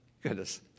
goodness